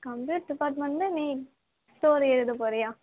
computer டிபார்ட்மெண்ட்ன்னா நீ story எழுதப்போகரியா